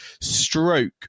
stroke